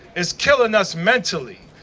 it's killin' us mentally,